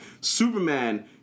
Superman